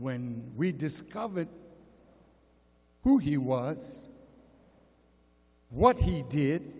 when we discovered who he was what he did